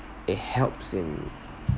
it helps and